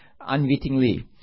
unwittingly